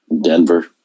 Denver